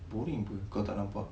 boring [pe] kalau tak nampak